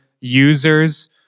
users